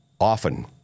often